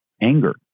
anger